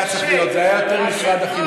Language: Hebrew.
צריך להיות: זה היה צריך להיות משרד החינוך.